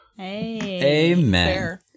Amen